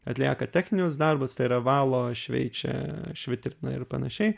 atlieka techninius darbus tai yra valo šveičia švitrina ir panašiai